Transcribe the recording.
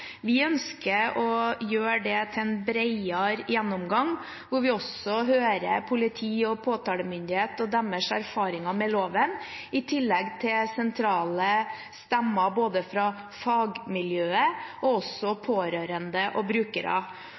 Vi ønsker å gjøre det til en bredere gjennomgang, hvor vi også hører politi og påtalemyndighet og deres erfaringer med loven, i tillegg til sentrale stemmer fra fagmiljøet og pårørende og brukere.